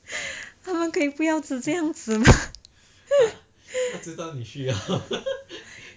他们可以不要这样子吗